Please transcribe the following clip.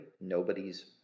nobody's